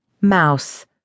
Mouse